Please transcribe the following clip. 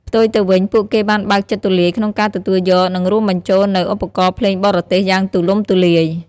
ផ្ទុយទៅវិញ ពួកគេបានបើកចិត្តទូលាយក្នុងការទទួលយក និងរួមបញ្ចូលនូវ ឧបករណ៍ភ្លេងបរទេស យ៉ាងទូលំទូលាយ។